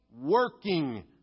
working